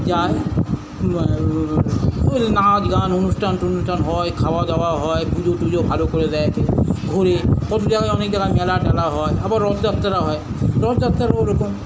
যায় ওদের নাচ গান অনুষ্ঠান টনুষ্ঠান হয় খাওয়া দাওয়া হয় পুজো টুজো ভালো করে দেয় ঘোরে পোচুর জায়গায় অনেক জাগায় মেলা টেলা হয় আবার রথযাত্রা হয় রথযাত্রার ওরকম